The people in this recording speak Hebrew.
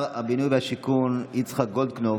שעבר ובהסכמת שר הבינוי והשיכון יצחק גולדקנופ